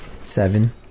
Seven